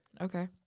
Okay